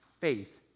faith